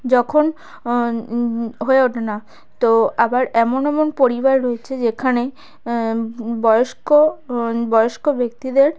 যখন হয়ে ওঠে না তো আবার এমন এমন পরিবার রয়েছে যেখানে বয়স্ক বয়স্ক ব্যক্তিদের